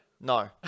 No